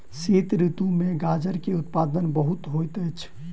शीत ऋतू में गाजर के उत्पादन बहुत होइत अछि